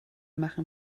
machen